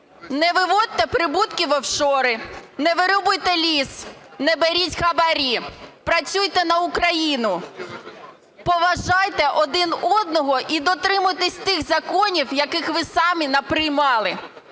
Не виводьте прибутки в офшори, не вирубуйте ліс, не беріть хабарі, працюйте на Україну, поважайте один одного і дотримуйтесь тих законів, які ви самі наприймали!